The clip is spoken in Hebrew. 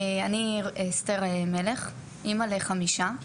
אני אסתר מלך, אמא לחמישה.